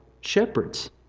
shepherds